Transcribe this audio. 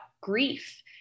grief